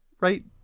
right